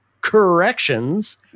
Corrections